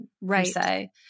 Right